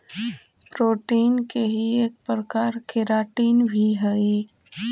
protein के ही एक प्रकार केराटिन भी हई